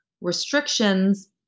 restrictions